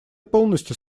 полностью